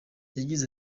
yagize